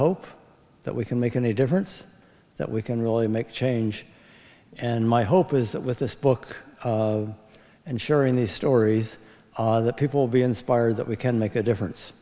hope that we can make any difference that we can really make change and my hope is that with this book and sharing these stories that people be inspired that we can make a difference